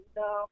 no